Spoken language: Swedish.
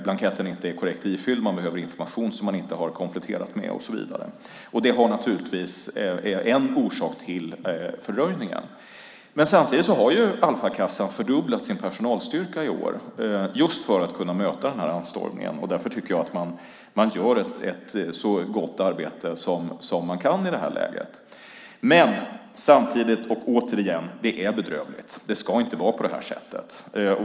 Blanketten är inte korrekt ifylld, man behöver information som den sökande inte har kompletterat med och så vidare. Det är naturligtvis en orsak till fördröjningen. Samtidigt har Alfakassan fördubblat sin personalstyrka i år, just för att kunna möta den här anstormningen, och därför tycker jag att man gör ett så gott arbete som man kan i det här läget. Men återigen: Det är bedrövligt. Det ska inte vara på det här sättet.